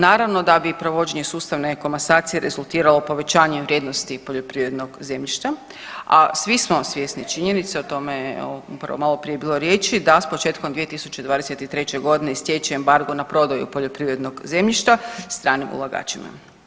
Naravno da bi provođenje sustavne komasacije rezultiralo povećanjem vrijednosti poljoprivrednog zemljišta, a svi smo svjesni činjenice, o tome je upravo maloprije bilo riječi, da s početkom 2023.g. istječe embargo na prodaju poljoprivrednog zemljišta stranim ulagačima.